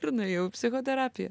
ir nuėjau psichoterapiją